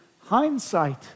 hindsight